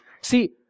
See